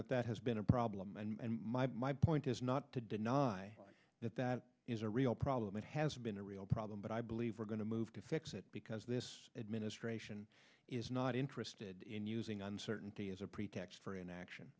that that has been a problem and my point is not to deny that that is a real problem and has been a real problem but i believe we're going to move to fix it because this administration is not interested in using uncertainty as a pretext for inaction